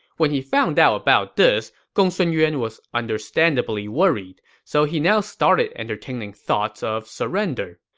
when he found out about this, gongsun yuan was understandably worried. so he now started entertaining thoughts of surrender.